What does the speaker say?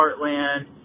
Heartland